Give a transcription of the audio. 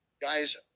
Guys